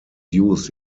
used